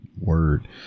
Word